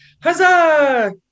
huzzah